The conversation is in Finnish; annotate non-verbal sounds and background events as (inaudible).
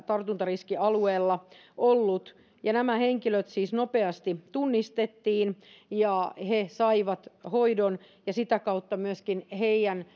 tartuntariskialueella ollut nämä henkilöt siis tunnistettiin nopeasti ja he saivat hoidon ja sitä kautta myöskin heidän (unintelligible)